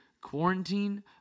quarantine